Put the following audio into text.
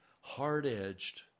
hard-edged